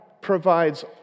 provides